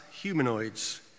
humanoids